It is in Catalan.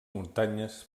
muntanyes